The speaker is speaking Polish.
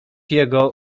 jego